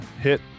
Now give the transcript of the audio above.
hit